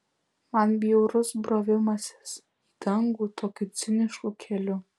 man bjaurus brovimasis į dangų tokiu cinišku keliu